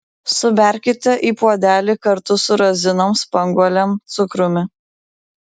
suberkite į puodelį kartu su razinom spanguolėm cukrumi